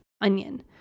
onion